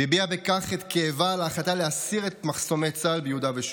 והביעה בכך את כאבה על ההחלטה להסיר את מחסומי צה"ל ביהודה ושומרון.